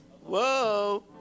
Whoa